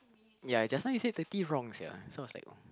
ya just now you say thirty wrong sia so I was like like oh